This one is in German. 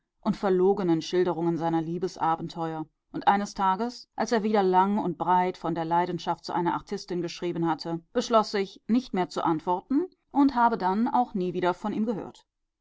und verlogenen schilderungen seiner liebesabenteuer und eines tages als er wieder lang und breit von der leidenschaft zu einer artistin geschrieben hatte beschloß ich nicht mehr zu antworten und habe dann auch nie wieder von ihm gehört